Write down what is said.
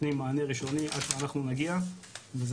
נותנים מענה ראשוני עד שאנחנו נגיע וזה